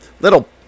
little